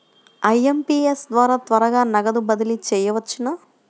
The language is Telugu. ఐ.ఎం.పీ.ఎస్ ద్వారా త్వరగా నగదు బదిలీ చేయవచ్చునా?